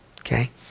okay